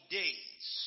days